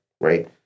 Right